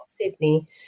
Sydney